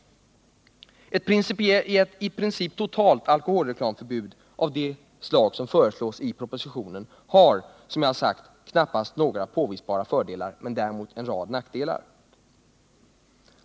Ett i princip totalt alkoholreklamförbud av det slag som föreslås i propositionen har, som jag sagt, knappast några påvisbara fördelar men däremot en rad nackdelar.